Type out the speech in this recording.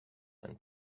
and